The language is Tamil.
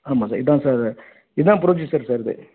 ஆமாம் சார் இதான் சார் இதான் புரொசிஜர் சார் இது